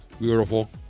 Beautiful